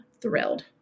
thrilled